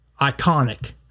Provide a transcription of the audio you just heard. Iconic